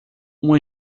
uma